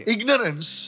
Ignorance